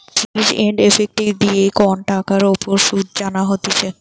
ফিচ and effective দিয়ে কন টাকার উপর শুধ জানা হতিছে